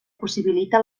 possibilita